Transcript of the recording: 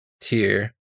tier